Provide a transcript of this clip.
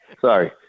Sorry